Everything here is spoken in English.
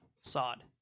Sod